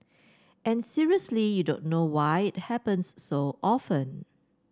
and seriously you don't know why it happens so often